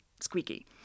squeaky